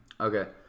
Okay